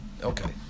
Okay